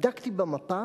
בדקתי במפה,